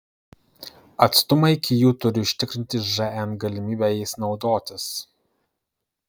atstumai iki jų turi užtikrinti žn galimybę jais naudotis